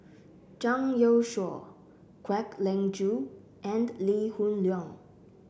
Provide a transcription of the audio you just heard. Zhang Youshuo Kwek Leng Joo and Lee Hoon Leong